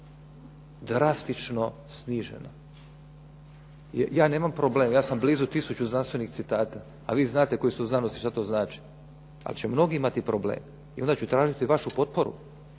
drastično sniženo. Ja nemam problem, ja sam blizu tisuću znanstvenih citata a vi znate koji ste u znanosti šta to znači. Ali će mnogi imati problem i onda ću tražiti vašu potporu